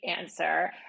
answer